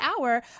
hour